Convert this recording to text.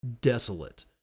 desolate